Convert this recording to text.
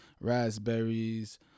raspberries